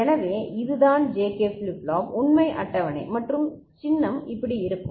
எனவே இதுதான் JK flip flop உண்மை அட்டவணை மற்றும் சின்னம் இப்படி இருக்கும்